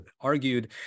argued